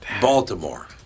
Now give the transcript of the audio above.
Baltimore